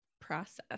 process